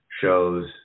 shows